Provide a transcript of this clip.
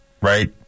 right